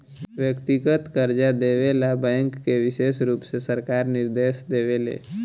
व्यक्तिगत कर्जा देवे ला बैंक के विशेष रुप से सरकार निर्देश देवे ले